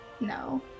No